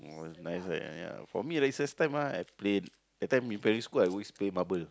oh it's nice right ya for me recess time ah I play that time in primary school I always play marble